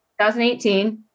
2018